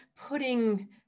putting